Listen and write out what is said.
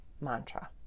mantra